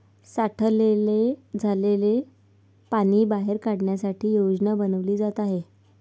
साठलेलं झालेल पाणी बाहेर काढण्यासाठी योजना बनवली जात आहे